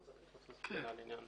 אתה רוצה להסביר?